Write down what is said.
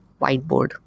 whiteboard